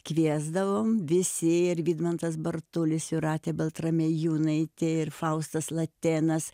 kviesdavom visi ir vidmantas bartulis jūratė baltramiejūnaitė ir faustas latėnas